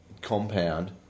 compound